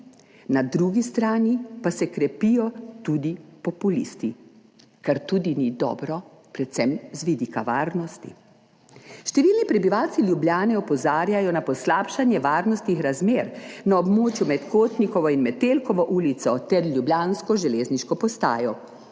na drugi strani pa se krepijo tudi populisti, kar tudi ni dobro, predvsem z vidika varnosti. Številni prebivalci Ljubljane opozarjajo na poslabšanje varnostnih razmer na območju med Kotnikovo in Metelkovo ulico ter ljubljansko železniško postajo.